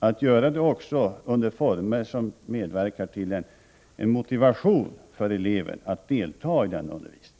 Det måste också ske i former som medverkar till att eleven känner motivation för att delta i denna undervisning.